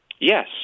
Yes